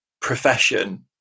profession